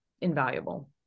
invaluable